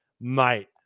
Mate